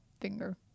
Finger